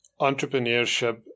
entrepreneurship